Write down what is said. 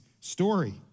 story